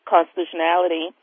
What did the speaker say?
constitutionality